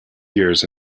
years